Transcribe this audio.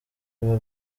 biba